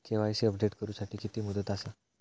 KYC update करू साठी किती मुदत आसा?